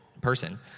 person